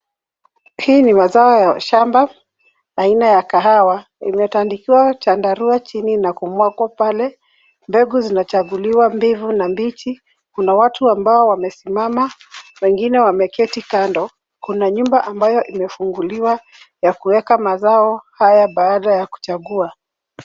Hii ni mazao ya shamba aina ya kahawa imetandikiwa chandarua chini na kumwagwa pale. Mbegu zinachaguliwa mbivu na mbichi. Kuna watu ambao wamesimama wengine wameketi kando. Kuna nyumba ambayo imefunguliwa ya kuweka mazao haya baada ya kuchagua.